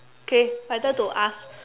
okay my turn to ask